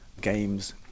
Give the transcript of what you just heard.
games